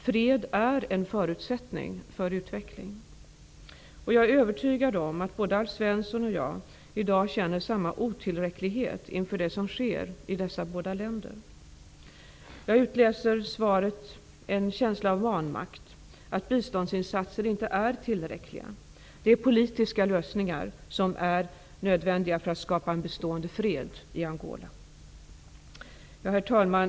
Fred är en förutsättning för utveckling. Jag är övertygad om att både Alf Svensson och jag i dag känner samma otillräcklighet inför det som sker i dessa båda länder. Jag utläser i svaret en känsla av vanmakt -- att biståndsinsatserna inte är tillräckliga. Det är politiska lösningar som är nödvändiga för att skapa en bestående fred i Herr talman!